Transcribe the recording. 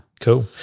cool